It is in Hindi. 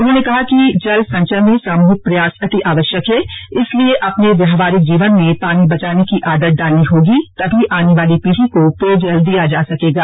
उन्होंने कहा कि जल संचय में सामूहिक प्रयास अति आवश्यक है इसलिए अपने व्यवहारिक जीवन में पानी बचाने की आदत डालनी होगी तभी आने वाली पीढ़ी को पेयजल दिया जा सकेगा